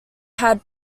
had